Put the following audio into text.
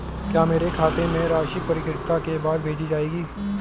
क्या मेरे खाते में राशि परिपक्वता के बाद भेजी जाएगी?